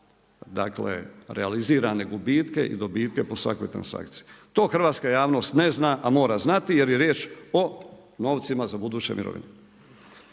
Dakle, realizirane gubitke i dobitke po svakoj transakciji. To hrvatska javnost ne zna, a mora znati jer je riječ o novcima za buduće mirovine.